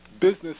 business